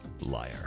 Liar